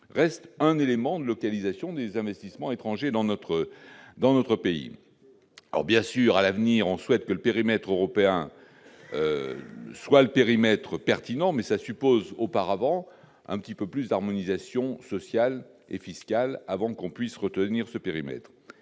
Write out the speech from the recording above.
reste un élément de localisation des investissements étrangers dans notre dans notre pays, alors bien sûr, à l'avenir, on souhaite que le périmètre européen soit le périmètre pertinent mais ça suppose auparavant un petit peu plus harmonisation sociale et fiscale avant qu'on puisse retenir ce périmètre